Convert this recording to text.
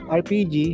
rpg